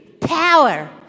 power